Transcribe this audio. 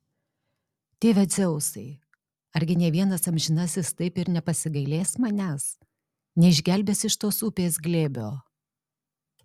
tėve dzeusai argi nė vienas amžinasis taip ir nepasigailės manęs neišgelbės iš tos upės glėbio